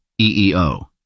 EEO